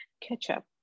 ketchup